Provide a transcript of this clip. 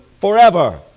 forever